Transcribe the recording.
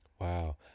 Wow